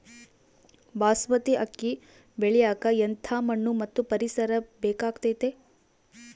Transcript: ಬಾಸ್ಮತಿ ಅಕ್ಕಿ ಬೆಳಿಯಕ ಎಂಥ ಮಣ್ಣು ಮತ್ತು ಪರಿಸರದ ಬೇಕಾಗುತೈತೆ?